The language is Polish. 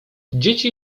dzieci